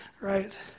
Right